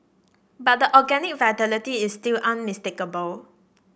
but the organic vitality is still unmistakable